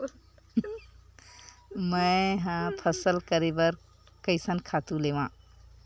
मैं ह फसल करे बर कइसन खातु लेवां?